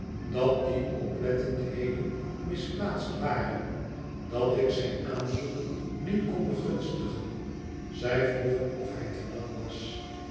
dat die oplettendheden misplaatst waren dat ik zijn aanzoek niet kon begunstigen zij vroegen of bij te lang was